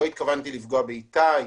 לא התכוונתי לפגוע באיתי.